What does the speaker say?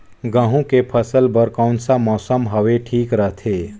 गहूं के फसल बर कौन सा मौसम हवे ठीक रथे?